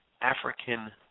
African